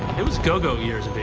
it was go-go years but